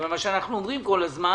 אבל מה שאנחנו אומרים כל הזמן